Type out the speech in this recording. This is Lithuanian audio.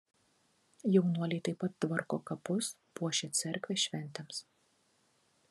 jaunuoliai taip pat tvarko kapus puošia cerkvę šventėms